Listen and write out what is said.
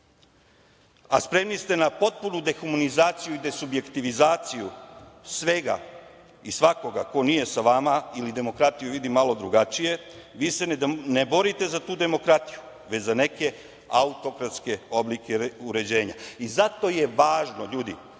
a spremni ste na potpunu dehumanizaciju i desubjektivizaciju svega i svakoga ko nije sa vama ili demokratiju vidi malo drugačije, vi se ne borite za tu demokratiju, već za neke autokratske oblike uređenja. Zato je važno, ljudi,